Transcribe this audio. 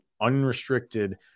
unrestricted